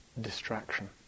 distraction